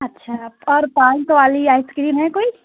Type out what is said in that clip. اچھا اور پانچ سو والی آئس کریم ہے کوئی